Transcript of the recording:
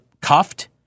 cuffed